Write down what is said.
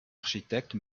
architecte